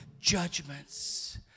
judgments